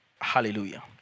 Hallelujah